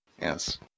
Yes